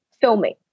filming